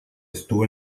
estuvo